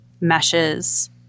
meshes